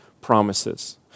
promises